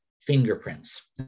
fingerprints